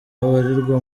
babarirwa